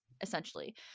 essentially